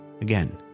Again